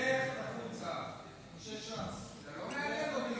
לך החוצה, אתה לא מעניין אותי.